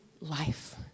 life